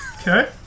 Okay